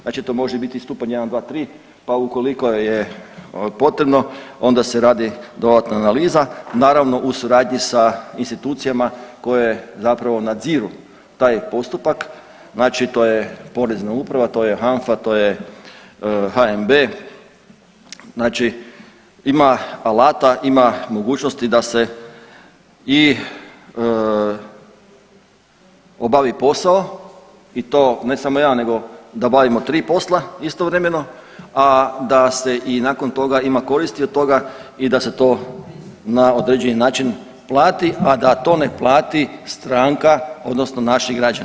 Znači to može biti stupanj 1,2,3 pa ukoliko je potrebno onda se radi dodatna analiza, naravno u suradnji sa institucijama koje zapravo nadziru taj postupak znači to je Porezna uprava, to je HANFA, to je HNB znači ima alata, ima mogućnosti da se i obavi posao i to ne samo jedan nego da obavimo tri posla istovremeno, a da se i nakon toga ima koristi od toga i da se to na određeni način plati, a da to ne plati stranka odnosno naši građani.